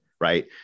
right